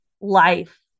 life